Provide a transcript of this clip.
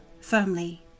firmly